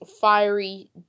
fiery